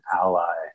ally